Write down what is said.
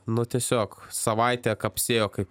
nu tiesiog savaitę kapsėjo kaip